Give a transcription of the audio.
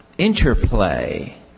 Interplay